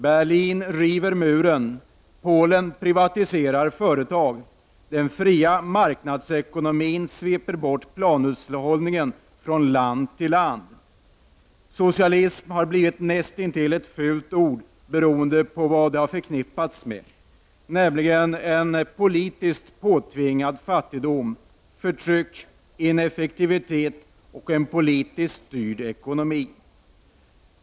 Berlin river muren. Polen privatiserar företag. Den fria marknadsekonomin sveper bort planhushållningen från land efter land. Socialismen har blivit näst intill ett fult ord beroende på vad den har förknippats med, nämligen en politiskt påtvingad fattigdom, förtryck, ineffektivitet och en politiskt styrd ekonomi.